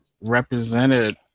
represented